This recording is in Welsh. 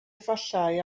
efallai